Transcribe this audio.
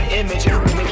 image